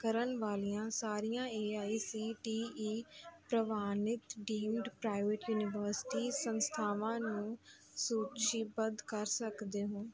ਕਰਨ ਵਾਲੀਆਂ ਸਾਰੀਆਂ A I C T E ਪ੍ਰਵਾਨਿਤ ਡੀਮਡ ਪ੍ਰਾਈਵੇਟ ਯੂਨੀਵਰਸਿਟੀ ਸੰਸਥਾਵਾਂ ਨੂੰ ਸੂਚੀਬੱਧ ਕਰ ਸਕਦੇ ਹੋ